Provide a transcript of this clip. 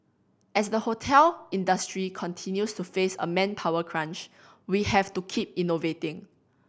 as the hotel industry continues to face a manpower crunch we have to keep innovating